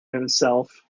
himself